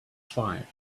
five